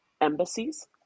embassies